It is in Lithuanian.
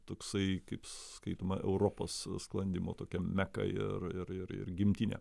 toksai kaip skaitoma europos sklandymo tokia meka ir ir ir ir gimtinė